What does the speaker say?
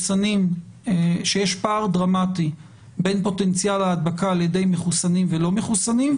שיש פער דרמטי בין פוטנציאל ההדבקה על ידי מחוסנים ולא מחוסנים,